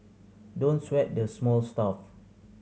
don't sweat the small stuff